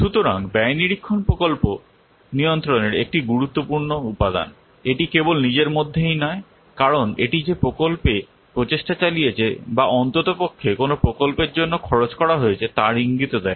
সুতরাং ব্যয় নিরীক্ষণ প্রকল্প নিয়ন্ত্রণের একটি গুরুত্বপূর্ণ উপাদান এটি কেবল নিজের মধ্যেই নয় কারণ এটি যে প্রকল্পে প্রচেষ্টা চালিয়েছে বা অন্ততপক্ষে কোনও প্রকল্পের জন্য খরচ করা হয়েছে তার ইঙ্গিতও দেয়